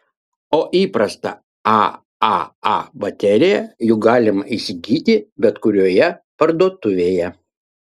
o įprastą aaa bateriją juk galima įsigyti bet kurioje parduotuvėje